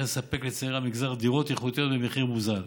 לספק לצעירי המגזר דירות איכותיות במחיר מוזל.